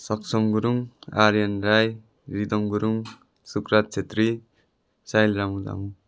सक्षम गुरुङ आर्यन राई रिदम गुरुङ सुकरात छेत्री साहिल रामुदामु